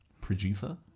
Producer